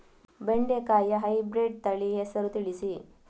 ಬೆಂಡೆಕಾಯಿಯ ಹೈಬ್ರಿಡ್ ತಳಿ ಹೆಸರು ತಿಳಿಸಿ?